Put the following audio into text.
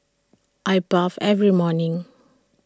I bathe every morning